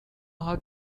how